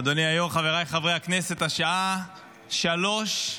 היושב-ראש, חבריי חברי הכנסת, השעה 03:07,